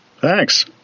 Thanks